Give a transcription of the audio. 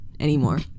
anymore